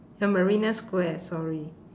the marina square sorry